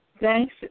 Thanks